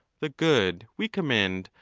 the good we commend,